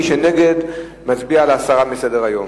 מי שנגד, מצביע להסרה מסדר-היום.